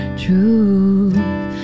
truth